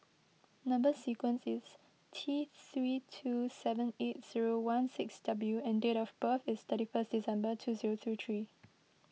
Number Sequence is T three two seven eight zero one six W and date of birth is thirty one December two zero zero three